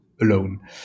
alone